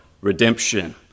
Redemption